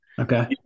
Okay